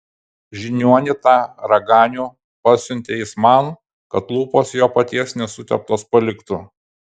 žiniuonį tą raganių pasiuntė jis man kad lūpos jo paties nesuteptos paliktų